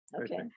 Okay